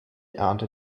ernte